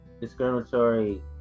discriminatory